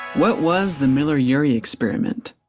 what was the miller-urey experiment?